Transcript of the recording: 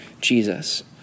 Jesus